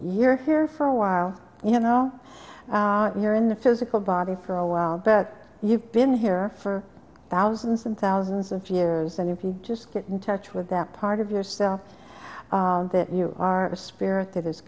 you're here for a while you know you're in the physical body for a while but you've been here for thousands and thousands of years and if you just get in touch with that part of yourself that you are a spirit